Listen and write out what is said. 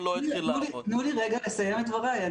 תנו לי רגע לסיים את דבריי.